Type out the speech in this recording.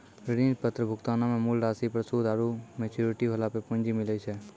ऋण पत्र भुगतानो मे मूल राशि पर सूद आरु मेच्योरिटी होला पे पूंजी मिलै छै